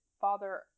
Father